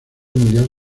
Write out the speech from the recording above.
mundial